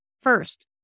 First